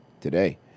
today